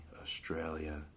Australia